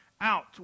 out